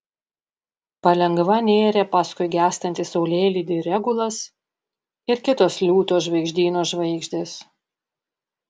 palengva nėrė paskui gęstantį saulėlydį regulas ir kitos liūto žvaigždyno žvaigždės